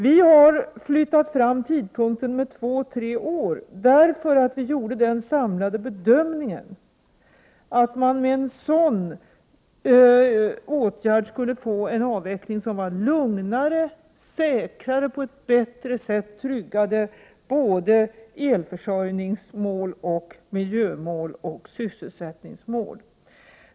Vi har flyttat fram tidpunkten med två tre år, därför att vi gjorde den samlade bedömningen att man med en sådan åtgärd skulle få en avveckling som var lugnare och säkrare och på ett bättre sätt tryggade elförsörjningsmål, miljömål och sysselsättningsmål.